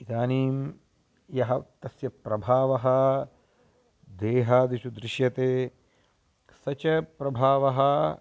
इदानीं यः तस्य प्रभावः देहादिषु दृश्यते स च प्रभावः